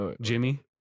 jimmy